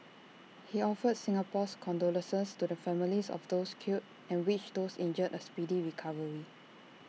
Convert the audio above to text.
he offered Singapore's condolences to the families of those killed and wished those injured A speedy recovery